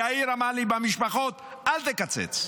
יאיר אמר לי: במשפחות אל תקצץ.